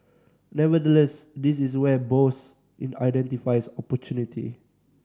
nevertheless this is where Bose identifies opportunity